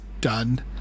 done